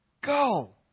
Go